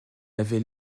avait